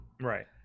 Right